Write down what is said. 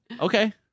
Okay